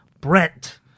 Brent